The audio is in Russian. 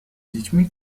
детьми